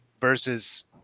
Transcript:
versus